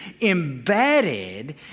embedded